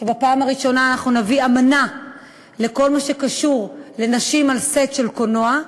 ובפעם הראשונה נביא אמנה בכל מה שקשור לנשים על סט של קולנוע,